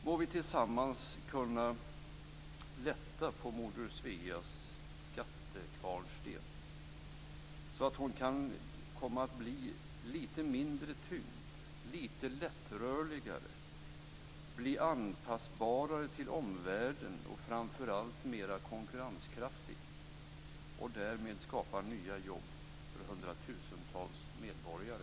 Må vi tillsammans kunna lätta på Moder Sveas skattekvarnsten, så att hon kan komma att bli lite mindre tyngd, lite lättrörligare, lite lättare att anpassa till omvärlden och framför allt mera konkurrenskraftig. Därmed skulle vi kunna skapa nya jobb för hundratusentals medborgare.